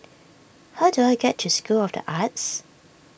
how do I get to School of the Arts